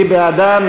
מי בעדן?